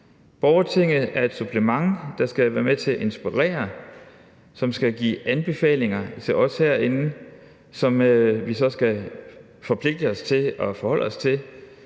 Borgertinget er et supplement, der skal være med til at inspirere, og som skal give anbefalinger til os herinde, som vi så forpligter os til at forholde os til,